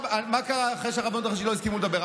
מה קרה אחרי שהרבנות הראשית לא הסכימה לדבר?